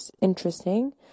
interesting